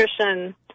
nutrition